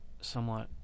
somewhat